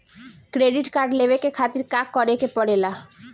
Credit card लेवे के खातिर का करेके पड़ेला?